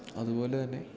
അതുപോലെ തന്നെ